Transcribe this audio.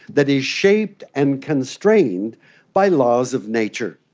that is shaped and constrained by laws of nature.